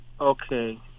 Okay